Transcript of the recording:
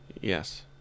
Yes